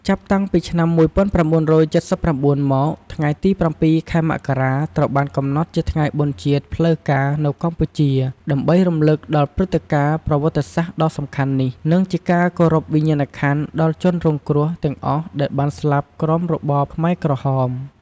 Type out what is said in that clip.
ចាប់តាំងពីឆ្នាំ ១៩៧៩ មក ថ្ងៃទី៧ ខែមករា ត្រូវបានកំណត់ជាថ្ងៃបុណ្យជាតិផ្លូវការនៅកម្ពុជា ដើម្បីរំឭកដល់ព្រឹត្តិការណ៍ប្រវត្តិសាស្ត្រដ៏សំខាន់នេះ និងជាការគោរពវិញ្ញាណក្ខន្ធដល់ជនរងគ្រោះទាំងអស់ដែលបានស្លាប់ក្រោមរបបខ្មែរក្រហម។